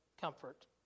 comfort